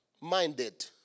minded